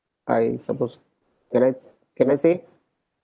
I suppose alright can I say